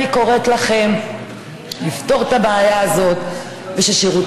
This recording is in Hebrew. אני קוראת לכם לפתור את הבעיה הזאת וששירותי